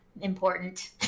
important